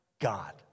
God